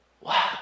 Wow